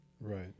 Right